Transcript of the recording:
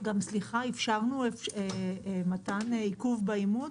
אפשרנו מתן עיכוב באימוץ,